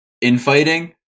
infighting